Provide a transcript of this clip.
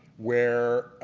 where